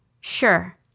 sure